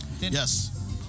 Yes